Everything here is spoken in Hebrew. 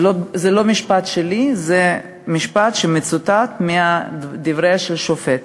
זה לא משפט שלי, זה משפט שמצוטט מדבריה של שופטת.